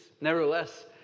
nevertheless